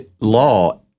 law